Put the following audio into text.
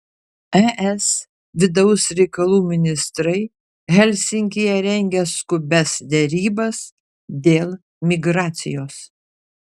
es vidaus reikalų ministrai helsinkyje rengia skubias derybas dėl migracijos